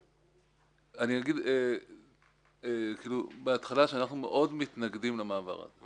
אני אגיד בהתחלה שאנחנו מאוד מתנגדים למעבר הזה.